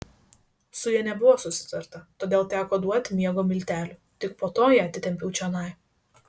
su ja nebuvo susitarta todėl teko duoti miego miltelių tik po to ją atitempiau čionai